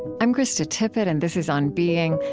i'm krista tippett, and this is on being.